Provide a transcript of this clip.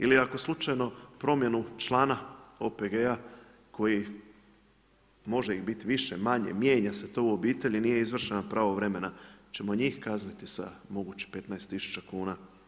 Ili ako slučajno promjenu člana OPG-a koji može ih biti više, manje, mijenja se to u obitelji nije izvršena pravovremena, hoćemo njih kazniti sa mogućih 15 tisuća kuna?